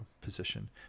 position